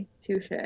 touche